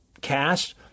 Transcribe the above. cast